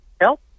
help